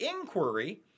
inquiry